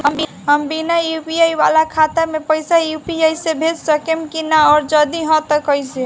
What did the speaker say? हम बिना यू.पी.आई वाला खाता मे पैसा यू.पी.आई से भेज सकेम की ना और जदि हाँ त कईसे?